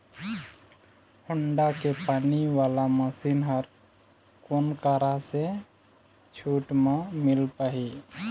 Honda के पानी वाला मशीन हर कोन करा से छूट म मिल पाही?